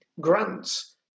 grants